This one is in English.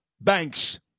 banks